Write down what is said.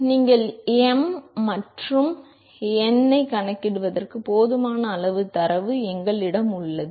எனவே நீங்கள் m மற்றும் n ஐக் கணக்கிடுவதற்கு போதுமான அளவு தரவு எங்களிடம் உள்ளது